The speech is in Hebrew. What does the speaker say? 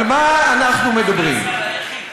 על מה אנחנו מדברים?